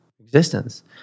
existence